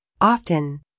Often